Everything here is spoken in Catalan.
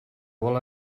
vol